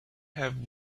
have